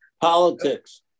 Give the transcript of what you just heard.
Politics